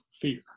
fear